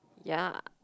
yea